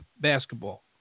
basketball